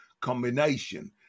combination